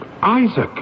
Isaac